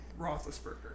Roethlisberger